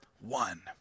one